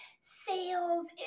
Sales